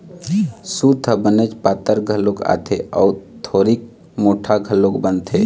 सूत ह बनेच पातर घलोक आथे अउ थोरिक मोठ्ठा घलोक बनथे